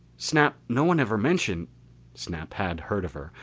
snap, no one ever mentioned snap had heard of her,